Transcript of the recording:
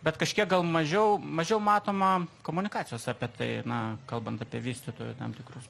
bet kažkiek gal mažiau mažiau matoma komunikacijos apie tai na kalbant apie vystytojų tam tikrus